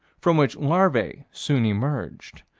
from which larvae soon emerged.